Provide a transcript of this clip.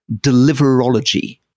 deliverology